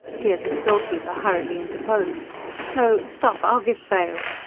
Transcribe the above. here the storekeeper hurriedly interposed no, stop! i'll give bail.